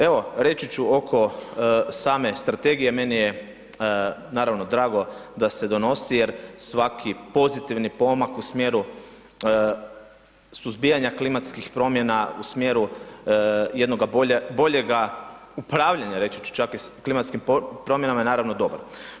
Evo reći ću oko same Strategije meni je, naravno drago da se donosi jer svaki pozitivni pomak u smjeru suzbijanja klimatskih promjena, u smjeru jednoga boljega upravljanja, reći ću čak i klimatskim promjenama, je naravno dobar.